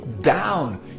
down